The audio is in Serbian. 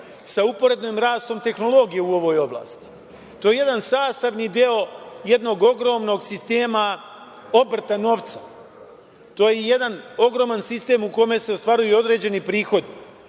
sa uporednim rastom tehnologije u ovoj oblasti. To je jedan sastavi deo jednog ogromnog sistema obrta novca. To je jedan ogroman sistem u kome se ostvaruju određeni prihodi,